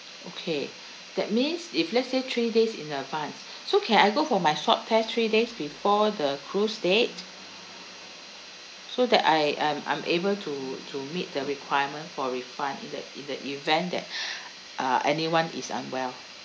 okay that means if let's say three days in advance so can I go for my swab test three days before the cruise date so that I um I'm able to to meet the requirement for refund in the in the event that uh anyone is unwell